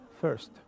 first